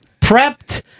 prepped